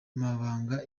baganga